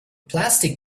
plastic